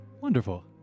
Wonderful